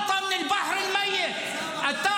(אומר דברים בשפה הערבית,